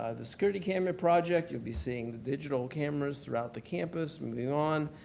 ah the security camera project. you'll be seeing the digital cameras throughout the campus, moving on.